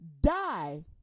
die